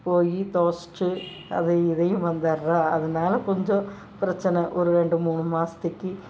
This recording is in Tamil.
போய் தொவைச்சிட்டு அதையும் இதையும் வந்துடுறோம் அதனால கொஞ்சம் பிரச்சனை ஒரு ரெண்டு மூணு மாசத்துக்கு